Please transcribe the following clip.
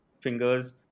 fingers